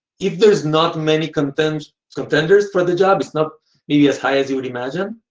if there's not many contenders contenders for the job, it's not maybe as high as you would imagine.